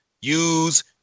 use